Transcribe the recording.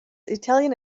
italian